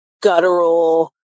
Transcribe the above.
guttural